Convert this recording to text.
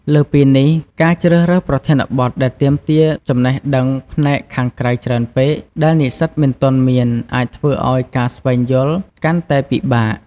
លើសពីនេះ ការជ្រើសរើសប្រធានបទដែលទាមទារចំណេះដឹងផ្នែកខាងក្រៅច្រើនពេក ដែលនិស្សិតមិនទាន់មាន អាចធ្វើឱ្យការស្វែងយល់កាន់តែពិបាក។